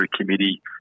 committee